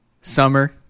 Summer